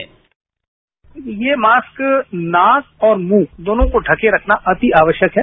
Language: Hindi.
बाईट ये मास्क नाक और मुंह दोनों को ढ़के रखना अति आवश्यक है